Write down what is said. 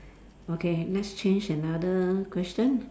okay let's change another question